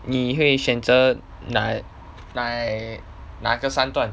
你会选择哪来那个三段